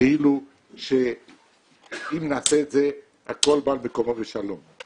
כאילו שאם נעשה את זה הכול בא על מקומו בשלום.